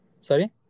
Sorry